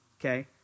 Okay